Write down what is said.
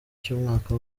cy’umwaka